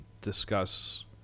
discuss